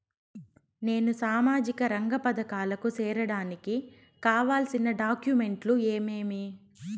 నేను సామాజిక రంగ పథకాలకు సేరడానికి కావాల్సిన డాక్యుమెంట్లు ఏమేమీ?